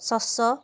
স্বচ্ছ